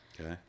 Okay